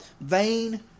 vain